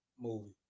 Movie